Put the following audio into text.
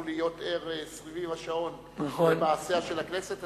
להיות ער סביב השעון למעשיה של הכנסת,